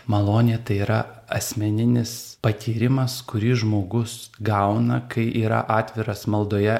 malonė tai yra asmeninis patyrimas kurį žmogus gauna kai yra atviras maldoje